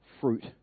fruit